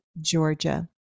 Georgia